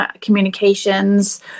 communications